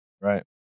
Right